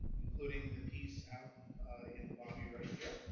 including the piece out in the lobby right here,